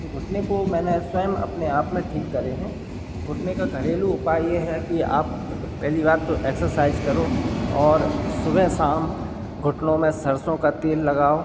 तो घुटने को मैंने स्वयम अपने आप में ठीक करे हैं घुटने का घरेलू उपाय यह है कि आप पहली बात तो एक्सरसाइज करो और सुबह शाम घुटनों में सरसों का तेल लगाओ